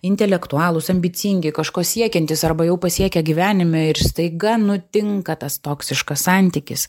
intelektualūs ambicingi kažko siekiantys arba jau pasiekę gyvenime ir staiga nutinka tas toksiškas santykis